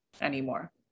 anymore